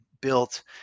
built